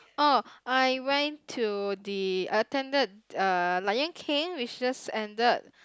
oh I went to the I attended uh Lion-King which just ended